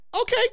okay